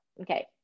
Okay